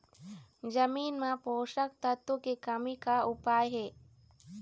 जमीन म पोषकतत्व के कमी का उपाय हे?